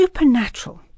supernatural